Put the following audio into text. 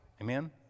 Amen